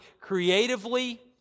creatively